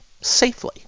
safely